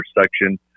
section